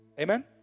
Amen